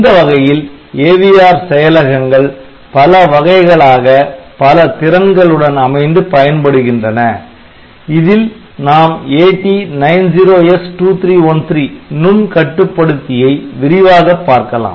இந்த வகையில் AVR செயலகங்கள் பல வகைகளாக பல திறன்கள் உடன் அமைந்து பயன்படுகின்றன இதில் நாம் AT90S2313 நுண்கட்டுப்படுத்தியை விரிவாகப் பார்க்கலாம்